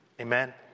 Amen